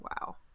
Wow